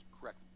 correct